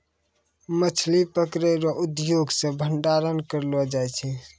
मछली पकड़ै रो उद्योग से भंडारण करलो जाय छै